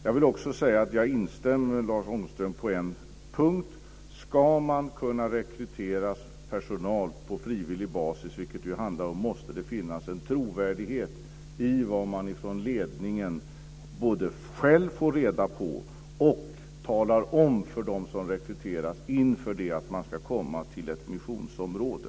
Jag vill också säga att jag instämmer med Lars Ångström på en punkt, nämligen att om man ska kunna rekrytera personal på frivillig basis, vilket det ju handlar om, måste det finnas en trovärdighet i vad man från ledningen både själv får reda på och talar om för dem som rekryteras inför det att de ska komma till ett missionsområde.